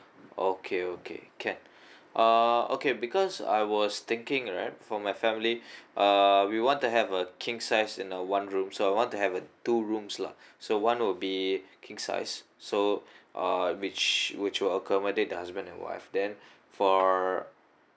okay okay can uh okay because I was thinking right for my family uh we want to have a king size in uh one room so I want to have a two rooms lah so one will be king size so uh which which will accommodate the husband and wife then for